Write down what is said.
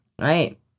Right